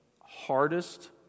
hardest